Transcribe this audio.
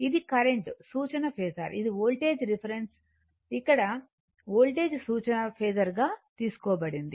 ఇది కరెంట్ సూచన ఫేసర్ ఇది వోల్టేజ్ ఇక్కడ వోల్టేజ్ సూచన ఫేసర్ గా తీసుకోబడింది